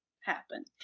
happen